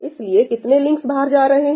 इसलिए कितने लिंक्स बाहर जा रहे हैं